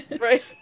right